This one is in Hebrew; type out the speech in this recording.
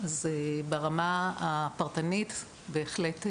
אז ברמה הפרטנית בהחלט עוזרים,